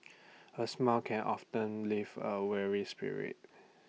A smile can often live A weary spirit